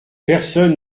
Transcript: personne